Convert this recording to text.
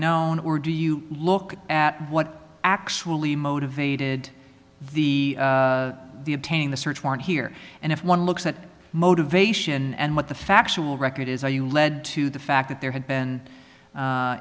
known or do you look at what actually motivated the the obtaining the search warrant here and if one looks at motivation and what the factual record is are you led to the fact that there had been